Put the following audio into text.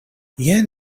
jen